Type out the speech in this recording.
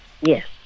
Yes